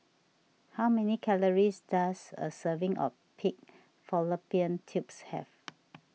how many calories does a serving of Pig Fallopian Tubes have